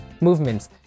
movements